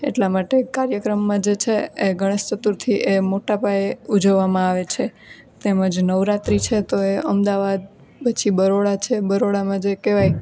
એટલા માટે કાર્યક્રમમાં જે છે એ ગણેશ ચતુર્થી એ મોટા પાયે ઉજવવામાં આવે છે તેમજ નવરાત્રી છે તો એ અમદાવાદ પછી બરોડા છે બરોડામાં જે કહેવાય